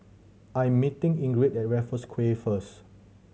I am meeting Ingrid at Raffles Quay first